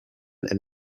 and